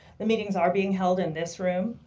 the meetings are being held in this room.